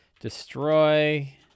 destroy